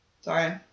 Sorry